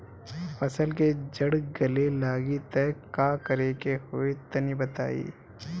फसल के जड़ गले लागि त का करेके होई तनि बताई?